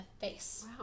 face